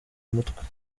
mutwe